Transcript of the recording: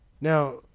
Now